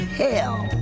hell